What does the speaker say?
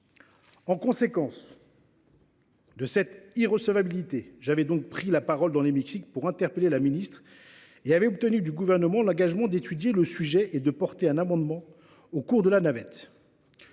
En conséquence de cette irrecevabilité, j’ai pris la parole dans l’hémicycle pour interpeller la ministre, et j’ai obtenu du Gouvernement l’engagement d’étudier le sujet et de déposer un amendement au cours de la navette.